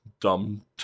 dumb